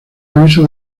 aviso